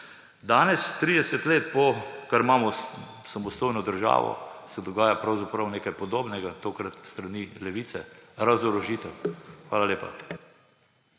Danes, 30 let, odkar imamo samostojno državo, se dogaja pravzaprav nekaj podobnega, tokrat s strani Levice – razorožitev. Hvala lepa.